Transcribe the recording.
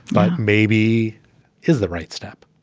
but maybe is the right step.